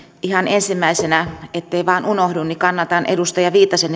ihan ensimmäisenä ettei vaan unohdu kannatan edustaja viitasen